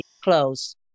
close